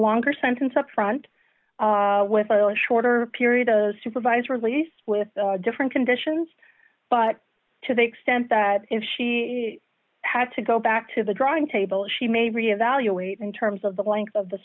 longer sentence upfront with iowa shorter period of supervised release with different conditions but to the extent that if she had to go back to the drawing table she may re evaluate in terms of the length of the